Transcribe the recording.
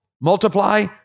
multiply